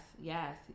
yes